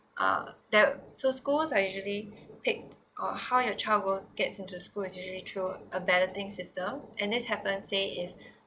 uh there so schools are usually pick or how your child goes gets into school as usually through a balloting system and this happen say in